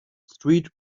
street